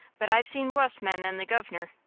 but i've seen wuss men than the guv'nor.